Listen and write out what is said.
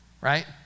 Right